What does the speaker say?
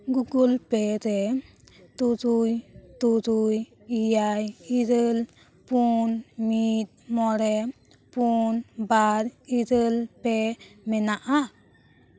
Google Pay ᱨᱮ ᱛᱩᱨᱩᱭ ᱛᱩᱨᱩᱭ ᱮᱭᱟᱭ ᱤᱨᱟᱹᱞ ᱯᱩᱱ ᱢᱤᱫ ᱢᱚᱬᱮ ᱯᱩᱱ ᱵᱟᱨ ᱤᱨᱟᱹᱞ ᱯᱮ ᱢᱮᱱᱟᱜᱼᱟ